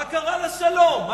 מה קרה לשלום?